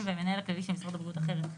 והמנהל הכללי של משרד הבריאות אחרת.